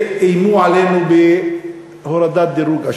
ואיימו עלינו בהורדת דירוג האשראי.